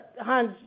Hans